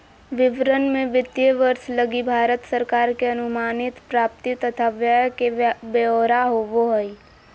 विवरण मे वित्तीय वर्ष लगी भारत सरकार के अनुमानित प्राप्ति तथा व्यय के ब्यौरा होवो हय